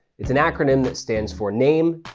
it's an acronym that stands for name,